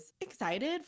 excited